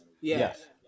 Yes